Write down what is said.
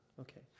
Okay